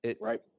Right